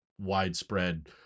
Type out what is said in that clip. widespread